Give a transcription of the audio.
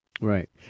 Right